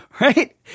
Right